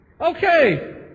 Okay